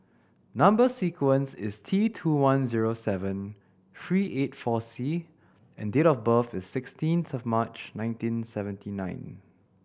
number sequence is T two one zero seven three eight four C and date of birth is sixteenth of March nineteen seventy nine